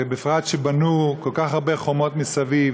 בפרט שבנו כל כך הרבה חומות מסביב